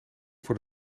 voor